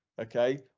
okay